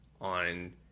on